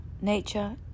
Nature